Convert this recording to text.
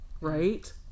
right